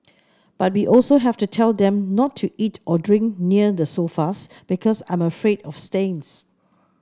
but we also have to tell them to not eat or drink near the sofas because I'm afraid of stains